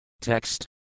Text